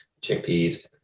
chickpeas